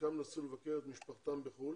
חלקם נסעו לבקר את משפחתם בחו"ל